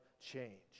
change